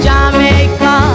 Jamaica